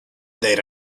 their